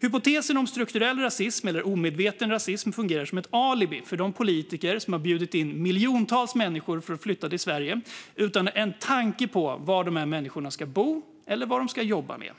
Hypotesen om strukturell rasism, eller omedveten rasism, fungerar som ett alibi för de politiker som har bjudit in miljontals människor att flytta till Sverige utan en tanke på var dessa människor ska bo eller vad de ska jobba med.